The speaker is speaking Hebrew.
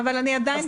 אבל אני עדיין כאן.